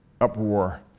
uproar